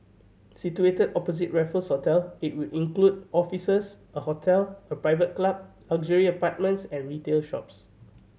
situated opposite Raffles Hotel it will include offices a hotel a private club luxury apartments and retail shops